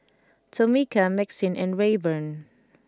Tomika Maxine and Rayburn